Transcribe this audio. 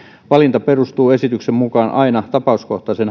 valinta perustuu esityksen mukaan aina tapauskohtaiseen